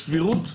הסבירות.